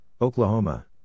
Oklahoma